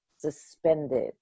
suspended